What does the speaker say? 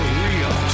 real